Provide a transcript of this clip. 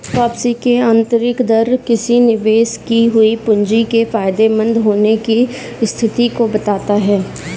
वापसी की आंतरिक दर किसी निवेश की हुई पूंजी के फायदेमंद होने की स्थिति को बताता है